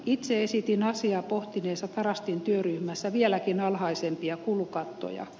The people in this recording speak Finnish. itse esitin asiaa pohtineessa tarastin työryhmässä vieläkin alhaisempia kulukattoja